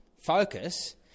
focus